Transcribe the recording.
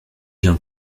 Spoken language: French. viens